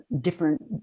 different